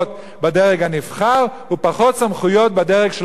ופחות סמכויות בדרג שלא צריך לתת דין-וחשבון לאף אחד.